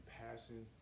passion